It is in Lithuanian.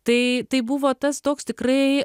tai tai buvo tas toks tikrai